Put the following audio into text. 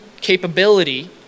capability